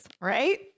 right